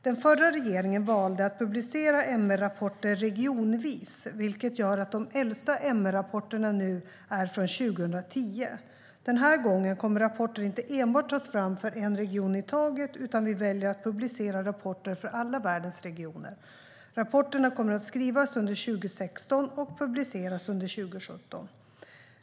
Den förra regeringen valde att publicera MR-rapporter regionvis, vilket gör att de äldsta MR-rapporterna nu är från 2010. Den här gången kommer rapporter inte enbart att tas fram för en region i taget, utan vi väljer att publicera rapporter för alla världens regioner. Rapporterna kommer att skrivas under 2016 och publiceras under 2017.